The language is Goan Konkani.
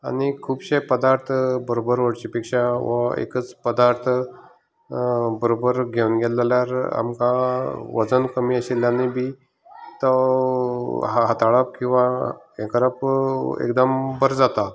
आनी खुबशें पदार्थ बरोबर व्हरचें पेक्षा वो एकच पदार्थ बरोबर घेवन गेलें जाल्यार आमकां वजन कमी आशिल्ल्यानय बी तो हाताळप किंवां हे करप एकदम बरें जाता